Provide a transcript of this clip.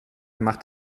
macht